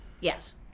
Yes